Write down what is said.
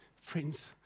Friends